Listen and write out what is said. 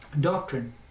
doctrine